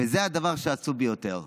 וזה הדבר העצוב ביותר.